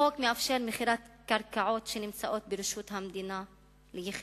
החוק מאפשר מכירת קרקעות שנמצאות ברשות המדינה ליחידים,